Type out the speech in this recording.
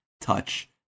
touch